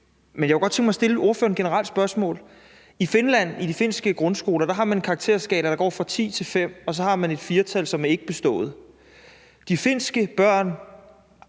Men jeg kunne godt tænke mig at stille ordføreren et generelt spørgsmål: I Finland, altså i de finske grundskoler, har man en karakterskala, der går fra 10 til 5, og så har man et 4-tal, som betyder ikkebestået. Der er